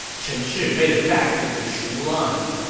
chen shi made it back to the shu lines,